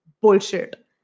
Bullshit